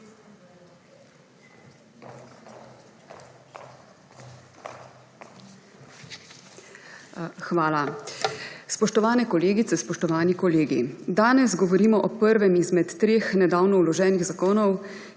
Hvala. Spoštovane kolegice, spoštovani kolegi! Danes govorimo o prvem izmed treh nedavno vloženih zakonov,